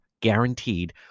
guaranteed